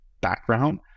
background